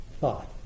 thought